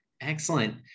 Excellent